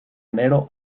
enero